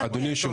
זה אגב,